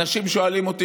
אנשים שואלים אותי,